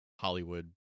Hollywood